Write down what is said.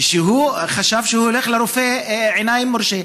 שהוא חשב שהוא הולך לרופא עיניים מורשה,